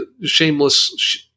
shameless